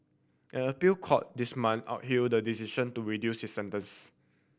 an appeal court this month upheld the decision to reduce his sentence